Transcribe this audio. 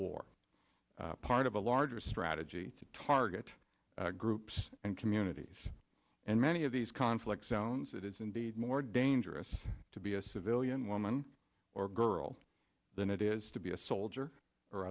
war part of a larger strategy to target groups and communities and many of these conflict zones it is indeed more dangerous to be a civilian woman or girl than it is to be a soldier or